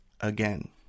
again